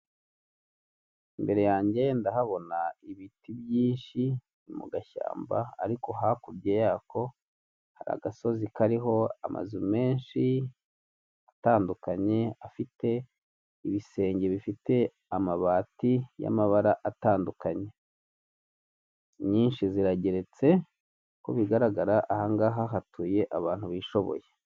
Imbere yanjye ndahabona ibiti byinshi mu gashyamba ariko hakurya yako hari agasozi kariho amazu menshi atandukanye afite ibisenge bifite amabati y'amabara atandukanye, nyinshi zirageretse uko bigaragara aha ngaha hatuye abantu bishoboye.